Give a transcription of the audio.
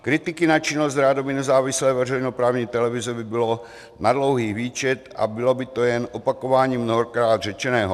Kritiky na činnost rádoby nezávislé veřejnoprávní televize by byly na dlouhý výčet a bylo by to jen opakováním mnohokrát řečeného.